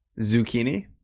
zucchini